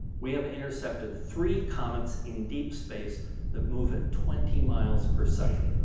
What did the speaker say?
we have intercepted three comets in deep space that move at twenty miles per second.